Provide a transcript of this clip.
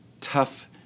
tough